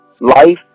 life